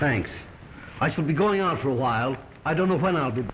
thanks i should be going on for a while i don't know when i